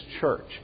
church